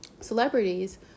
celebrities